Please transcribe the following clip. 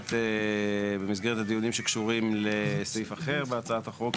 במסגרת הדיונים שקשורים לסעיף אחר בהצעת החוק,